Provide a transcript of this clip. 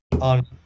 on